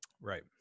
Right